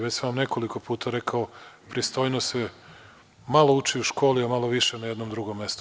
Već sam vam nekoliko puta rekao, pristojnost se malo uči u školi a malo više na jednom drugom mestu.